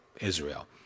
Israel